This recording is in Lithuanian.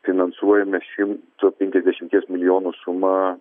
finansuojamė šimto penkiasdešimties milijonų suma